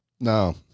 No